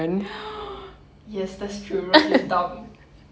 yes that's true write it down